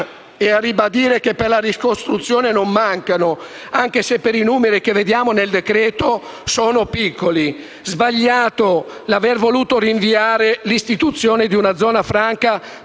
a ribadire che per la ricostruzione non mancano, anche se, dai numeri che vediamo nel decreto-legge, sono scarse. Sbagliato l'aver voluto rinviare l'istituzione di una zona franca